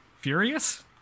furious